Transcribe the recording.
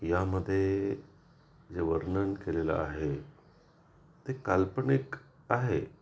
यामध्येे जे वर्णन केलेलं आहे ते काल्पनिक आहे